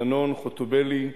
דנון, חוטובלי,